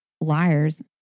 Liars